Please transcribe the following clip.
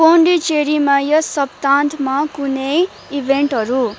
पोन्डिचेरीमा यस सप्ताहन्तमा कुनै इभेन्टहरू